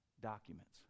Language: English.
documents